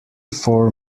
four